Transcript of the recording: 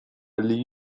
لیگ